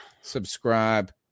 subscribe